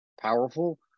powerful